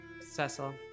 Cecil